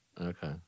Okay